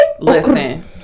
Listen